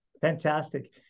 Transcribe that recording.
fantastic